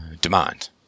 demand